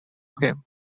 him